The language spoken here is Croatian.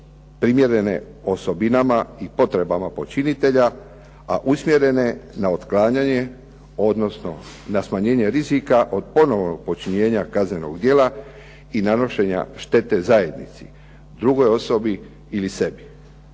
primjerene osobinama i potrebama počinitelja, a usmjerene na otklanjanje, odnosno na smanjenje rizika od ponovnog počinjenja kaznenog djela i nanošenja štete zajednici, drugoj osobi ili sebi.